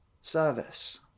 service